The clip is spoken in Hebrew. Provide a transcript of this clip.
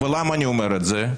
ולמה אני אומר את זה?